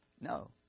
No